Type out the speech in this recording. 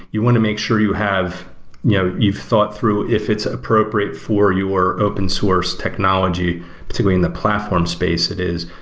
you want to make sure you have you know you've thought through if it's appropriate for your open-source technology between the platform space it is.